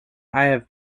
have